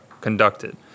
conducted